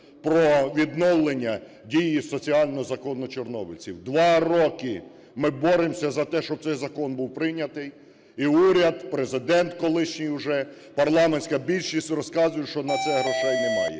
про відновлення дії соціального закону чорнобильців. 2 роки ми боремося за те, щоб цей закон був прийнятий, і уряд, Президент, колишній уже, парламентська більшість розказують, що на це грошей немає.